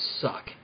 suck